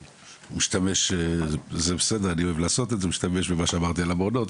משתמש במה שאמרתי על המעונות,